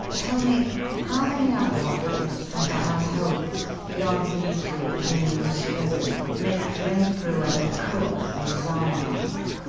tell me how many other occupants does the house hold beyond these two of whom you have spoken miss renfrew and the cook, mrs. armroyd?